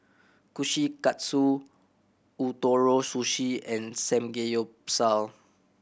Kushikatsu Ootoro Sushi and Samgeyopsal